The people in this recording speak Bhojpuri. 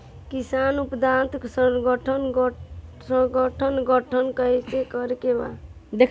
किसान उत्पादक संगठन गठन कैसे करके बा?